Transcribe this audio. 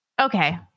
Okay